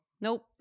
Nope